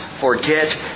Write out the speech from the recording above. forget